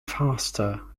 faster